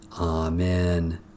Amen